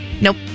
Nope